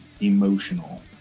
emotional